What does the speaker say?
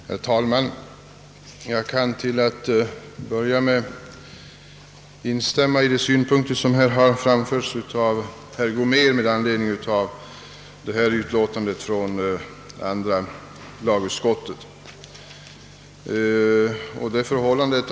Herr talman! Jag kan till att börja med instämma i de synpunker som herr Gomér anförde med anledning av utlåtandet från andra lagutskottet.